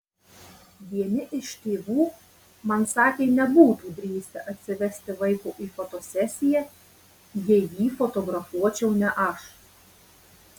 vieni iš tėvų man sakė nebūtų drįsę atsivesti vaiko į fotosesiją jei jį fotografuočiau ne aš